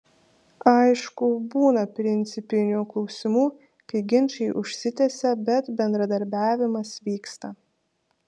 aišku būna principinių klausimų kai ginčai užsitęsia bet bendradarbiavimas vyksta